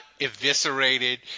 eviscerated